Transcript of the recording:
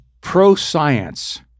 pro-science